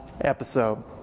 episode